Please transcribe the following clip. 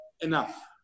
enough